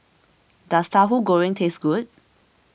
does Tahu Goreng taste good